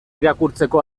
irakurtzeko